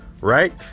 right